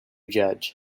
judge